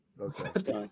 Okay